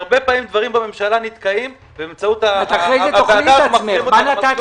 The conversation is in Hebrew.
כי הרבה פעמים דברים בממשלה נתקעים ובאמצעות הוועדה מצליחים לקדם אותם.